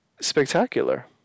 spectacular